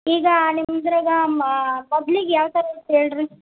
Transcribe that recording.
ಈಗಾ ನಿಮ್ಮದ್ರಾಗ ಮಗ್ಳಿಗೆ ಯಾವ ಥರದ್ ಹೇಳ್ರೀ